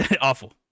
Awful